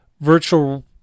virtual